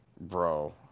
Bro